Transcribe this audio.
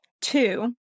two